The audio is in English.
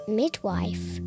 midwife